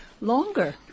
longer